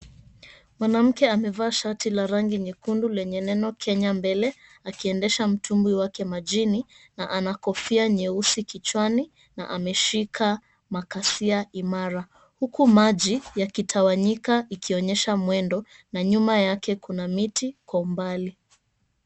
Mwanamke amevaa shati la rangi nyekundu lenye neno kenya mbele akiendesha mtumbwi wake majini na ana kofia nyeusi kichwani na ameshika makasia imara huku maji yakitawanyika ikionyesha mwendo na nyuma yake kuna miti kwa umbali.